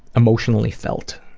emotionally felt,